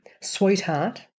Sweetheart